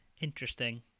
Interesting